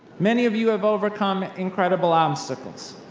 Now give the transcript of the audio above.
many of you have overcome incredible obstacles.